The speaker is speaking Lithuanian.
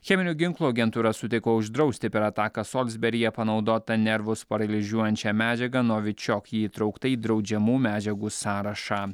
cheminių ginklų agentūra sutiko uždrausti per ataką soldsberyje panaudotą nervus paralyžiuojančią medžiagą novičiok ji įtraukta į draudžiamų medžiagų sąrašą